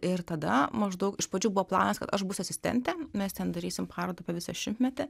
ir tada maždaug iš pradžių buvo planas kad aš būsiu asistentė mes ten darysim parodą apie visą šimtmetį